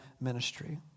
ministry